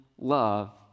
love